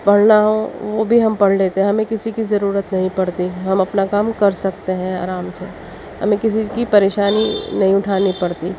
پڑھنا ہو وہ بھی ہم پڑھ لیتے ہیں ہمیں کسی کی ضرورت نہیں پڑتی ہم اپنا کام کر سکتے ہیں آرام سے ہمیں کسی چیز کی پریشانی نہیں اٹھانی پڑتی